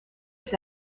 est